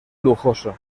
lujoso